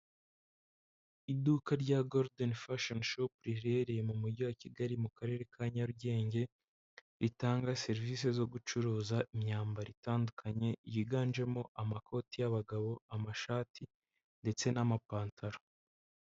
Iduka rya goludeni fashoni shopu riherereye mu mujyi wa Kigali mu karere ka Nyarugenge, ritanga serivisi zo gucuruza imyambaro itandukanye yiganjemo amakoti y'abagabo, amashati ndetse n'amapantaro.